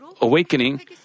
awakening